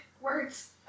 Words